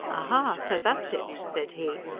aha! so that's it, said he,